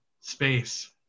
space